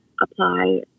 apply